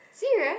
serious